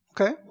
Okay